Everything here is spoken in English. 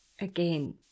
again